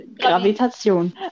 gravitation